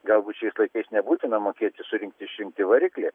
galbūt šiais laikais nebūtina mokėti surinkti išrinkti variklį